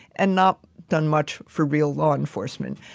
and not done much for real law enforcement.